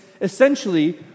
essentially